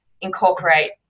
incorporate